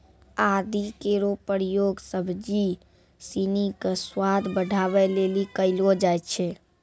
आदि केरो प्रयोग सब्जी सिनी क स्वाद बढ़ावै लेलि कयलो जाय छै